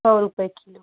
सौ रुपये किलो